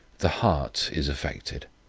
the heart is affected.